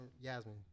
Yasmin